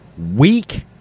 Weak